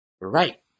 Right